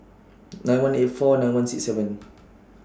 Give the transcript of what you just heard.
nine one eight four nine one six seven